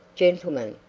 gentlemen,